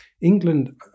England